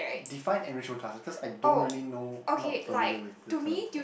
define enrichment classes cause I don't really know not familiar with the term